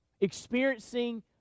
experiencing